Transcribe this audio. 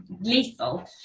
lethal